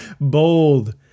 Bold